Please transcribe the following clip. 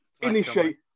initiate